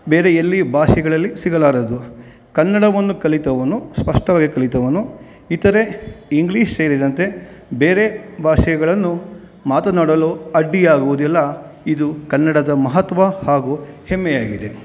ಬೇರೆ ಎಲ್ಲಿ ಭಾಷೆಗಳಲ್ಲಿ ಸಿಗಲಾರದು ಕನ್ನಡವನ್ನು ಕಲಿತವನು ಸ್ಪಷ್ಟವಾಗಿ ಕಲಿತವನು ಇತರೆ ಇಂಗ್ಲೀಷ್ ಸೇರಿದಂತೆ ಬೇರೆ ಭಾಷೆಗಳನ್ನು ಮಾತನಾಡಲು ಅಡ್ಡಿಯಾಗುವುದಿಲ್ಲ ಇದು ಕನ್ನಡದ ಮಹತ್ವ ಹಾಗೂ ಹೆಮ್ಮೆಯಾಗಿದೆ